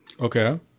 Okay